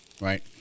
right